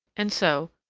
and so,